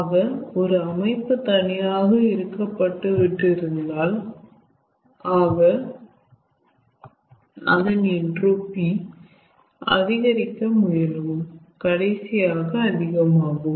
ஆக ஒரு அமைப்பு தனியாக இருக்கப்பட்டுவிட்டு இருந்தால் ஆக அதன் என்ட்ரோபி அதிகரிக்க முயலும் கடைசியாக அதிகமாகும்